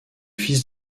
fils